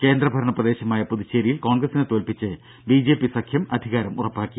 കേന്ദ്രഭരണ പ്രദേശമായ പുതുച്ചേരിയിൽ കോൺഗ്രസിനെ തോൽപ്പിച്ച് ബിജെപി സഖ്യം അധികാരം ഉറപ്പാക്കി